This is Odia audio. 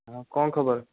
ଆଉ କ'ଣ ଖବର